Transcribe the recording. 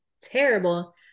terrible –